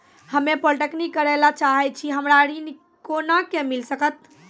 हम्मे पॉलीटेक्निक करे ला चाहे छी हमरा ऋण कोना के मिल सकत?